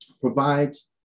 provides